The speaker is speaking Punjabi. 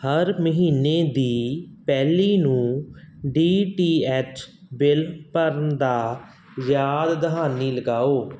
ਹਰ ਮਹੀਨੇ ਦੀ ਪਹਿਲੀ ਨੂੰ ਡੀ ਟੀ ਐਚ ਬਿੱਲ ਭਰਨ ਦਾ ਯਾਦ ਦਹਾਨੀ ਲਗਾਓ